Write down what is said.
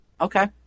okay